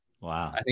Wow